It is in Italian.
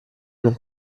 non